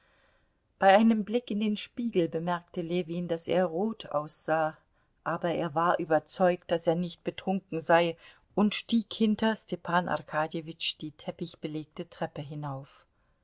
bei einem blick in den spiegel bemerkte ljewin daß er rot aussah aber er war überzeugt daß er nicht betrunken sei und stieg hinter stepan arkadjewitsch die teppichbelegte treppe hinauf